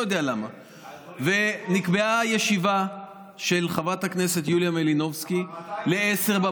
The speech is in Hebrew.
אני לא יודע למה נקבעה ישיבה של חברת הכנסת יולי מלינובסקי ל-10:00.